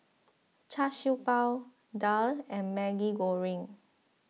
Char Siew Bao Daal and Maggi Goreng